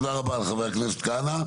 תודה רבה לחבר הכנסת כהנא.